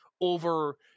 over